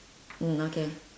mm okay